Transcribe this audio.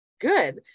good